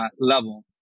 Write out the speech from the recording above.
level